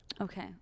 okay